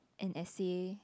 an essay